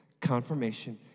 confirmation